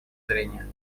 зрения